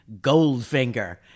Goldfinger